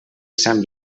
sant